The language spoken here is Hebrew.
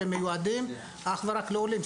שהם מיועדים אך ורק לעולים,